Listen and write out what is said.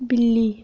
बिल्ली